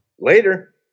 Later